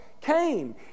came